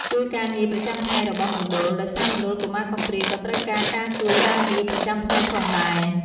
ជួយការងារប្រចាំថ្ងៃរបស់មណ្ឌល ដោយសារមណ្ឌលកុមារកំព្រាក៏ត្រូវការការជួយការងារប្រចាំថ្ងៃផងដែរ។